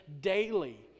daily